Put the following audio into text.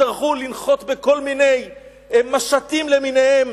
שיצטרכו לנחות בכל מיני משטים למיניהם,